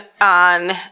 on